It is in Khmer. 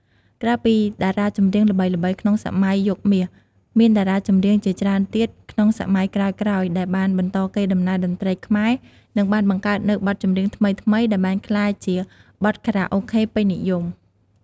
ក្រៅពីតារាចម្រៀងល្បីៗក្នុងសម័យយុគមាស មានតារាចម្រៀងជាច្រើនទៀតក្នុងសម័យក្រោយៗដែលបានបន្តកេរដំណែលតន្ត្រីខ្មែរនិងបានបង្កើតនូវបទចម្រៀងថ្មីៗដែលបានក្លាយជាបទខារ៉ាអូខេពេញនិយម។